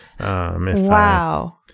Wow